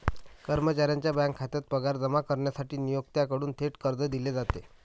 कर्मचाऱ्याच्या बँक खात्यात पगार जमा करण्यासाठी नियोक्त्याकडून थेट कर्ज दिले जाते